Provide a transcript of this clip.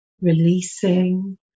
releasing